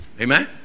Amen